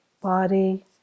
body